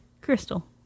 Crystal